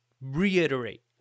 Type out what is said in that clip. reiterate